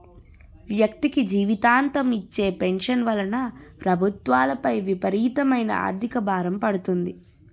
వ్యక్తికి జీవితాంతం ఇచ్చే పెన్షన్ వలన ప్రభుత్వాలపై విపరీతమైన ఆర్థిక భారం పడుతుంది